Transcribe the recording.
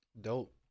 Dope